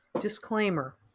disclaimer